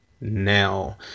now